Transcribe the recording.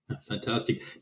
Fantastic